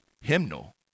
hymnal